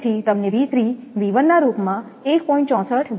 તેથી તમને ના રૂપમાં 1